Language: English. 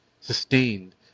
sustained